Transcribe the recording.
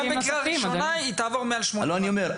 גם בקריאה ראשונה היא תעבור מעל 80 --- אני אומר,